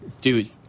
Dude